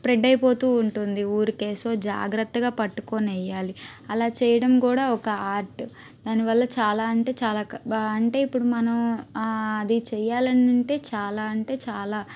spread అయిపోతూ ఉంటుంది ఊరికే సో జాగ్రత్తగా పట్టుకొనెయ్యాలి అలా చేయడం కూడా ఒక ఆర్ట్ దానివల్ల చాలా అంటే చాలా అంటే ఇప్పుడు మనం అది చెయ్యాలని అంటే చాలా అంటే చాలా